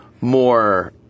more